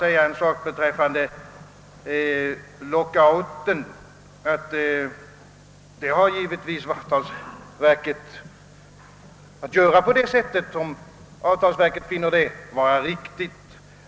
Vad lockouten angår har man på avtalsverket givetvis rätt att handla som man finner vara riktigt.